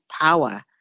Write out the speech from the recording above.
power